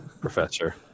Professor